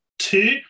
Two